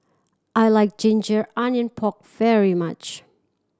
I like ginger onion pork very much